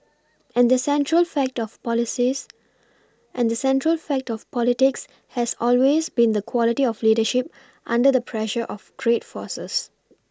and the central fact of policies and the central fact of politics has always been the quality of leadership under the pressure of great forces